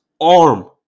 arm